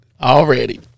already